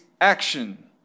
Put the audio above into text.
action